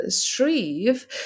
Shreve